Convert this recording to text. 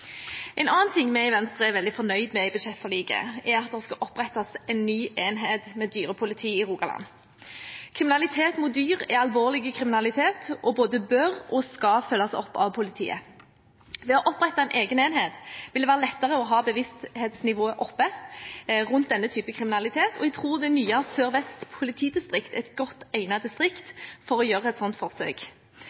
En annen ting vi i Venstre er veldig fornøyd med i budsjettforliket, er at det skal opprettes en ny enhet med dyrepoliti i Rogaland. Kriminalitet mot dyr er alvorlig kriminalitet som både bør og skal følges opp av politiet. Ved å opprette en egen enhet vil det være lettere å ha bevissthetsnivået oppe rundt denne type kriminalitet. Jeg tror det nye Sør-Vest politidistrikt er et godt egnet distrikt for å gjøre et slikt forsøk.